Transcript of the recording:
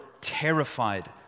terrified